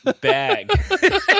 bag